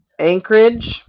Anchorage